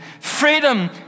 Freedom